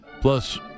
plus